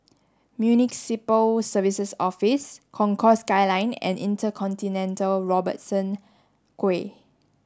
Municipal Services Office Concourse Skyline and InterContinental Robertson Quay